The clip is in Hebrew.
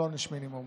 לא עונש מינימום.